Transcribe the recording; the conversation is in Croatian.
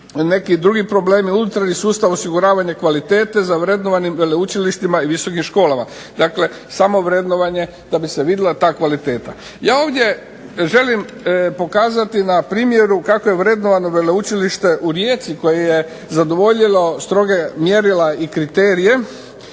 neki drugi problemi, unutarnji sustav osiguravanja kvalitete za vrednovanim veleučilištima i visokim školama. Dakle, samo vrednovanje da bi se vidjela ta kvaliteta. Ja ovdje želim pokazati na primjeru kako je vrednovano Veleučilište u Rijeci koje je zadovoljilo stroga mjerila i kriterije.